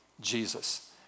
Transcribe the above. Jesus